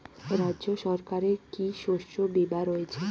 রাজ্য সরকারের কি কি শস্য বিমা রয়েছে?